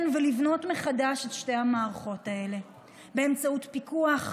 ולבנות מחדש את שתי המערכות האלה באמצעות פיקוח,